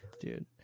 Dude